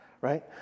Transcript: right